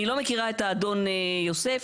אני לא מכירה את האדון יוסף.